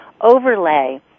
overlay